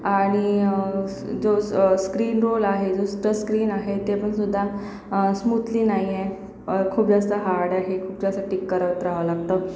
आणि स जो स स्क्रीन रोल आहे जो टच स्क्रीन आहे ते पण सुद्धा स्मूथली नाही आहे खूप जास्त हार्ड आहे खूप जास्त टिक करत राहावं लागतं